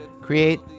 Create